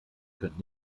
können